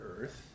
earth